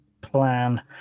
plan